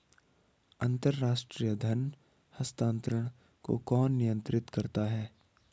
अंतर्राष्ट्रीय धन हस्तांतरण को कौन नियंत्रित करता है?